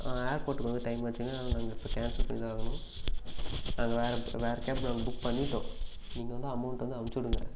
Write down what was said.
ஏர்போட்டுக்கு வந்து டைம் ஆச்சுன்னா நாங்கள் அதை இப்போ கேன்சல் பண்ணி தான் ஆகணும் நாங்கள் வேறு வேறு கேப்பை புக் பண்ணிவிட்டோம் நீங்கள் வந்து அமௌண்ட்டு வந்து அனுப்பிச்சுவிடுங்க